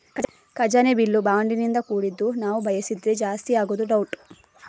ಖಜಾನೆ ಬಿಲ್ಲು ಬಾಂಡಿನಿಂದ ಕೂಡಿದ್ದು ನಾವು ಬಯಸಿದ್ರೆ ಜಾಸ್ತಿ ಆಗುದು ಡೌಟ್